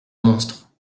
monstre